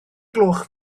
gloch